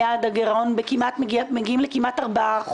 הרי אנחנו כבר יודעים שאנחנו בחריגה מיעד הגירעון ומגיעים כמעט ל-4%,